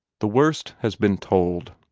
the worst has been told.